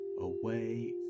away